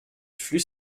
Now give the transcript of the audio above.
flux